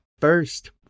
first